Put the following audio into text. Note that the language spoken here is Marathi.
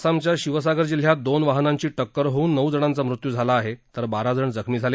आसामच्या शिवसागर जिल्ह्यात दोन वाहनांची टक्कर होऊन नऊ जणांचा मृत्यू झाला तर बाराजण जखमी झाले